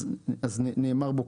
נאמר כך: